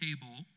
table